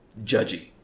judgy